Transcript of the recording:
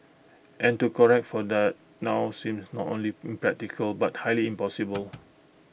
and to correct for that now seems not only impractical but highly impossible